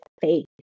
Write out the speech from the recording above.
faith